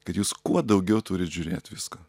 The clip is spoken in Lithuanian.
kad jūs kuo daugiau turit žiūrėt visk